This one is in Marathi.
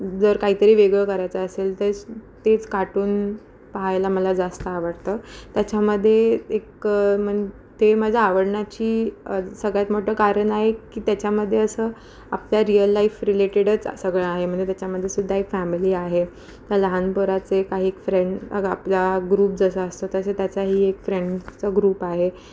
जर काहीतरी वेगळं करायचं असेल तर तेच कार्टून पाहायला मला जास्त आवडतं त्याच्यामध्ये एक मन ते माझं आवडण्याची सगळ्यात मोठं कारण आहे की त्याच्यामध्ये असं आपल्या रियल लाईफ रिलेटेडच सगळं आहे म्हणजे त्याच्यामध्येसुद्धा एक फॅमिली आहे लहान पोराचे काही एक फ्रेंड आपल्या ग्रुप जसं असतो तसं त्याचाही एक फ्रेंडचं ग्रुप आहे